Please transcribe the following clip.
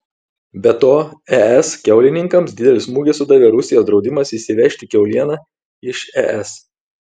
be to es kiaulininkams didelį smūgį sudavė rusijos draudimas įsivežti kiaulieną iš es